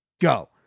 go